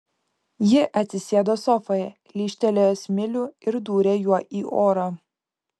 ji atsisėdo sofoje lyžtelėjo smilių ir dūrė juo į orą